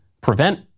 prevent